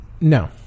no